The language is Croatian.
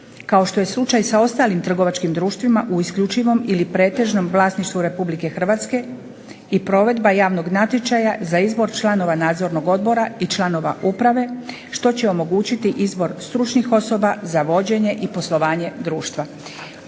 kao što je slučaj sa ostalim trgovačkim društvima u isključivom ili pretežnom vlasništvu RH i provedba javnog natječaja za izbor članova nadzornog odbora i članova uprave što će omogućiti izbor stručnih osoba za vođenje i poslovanje društva.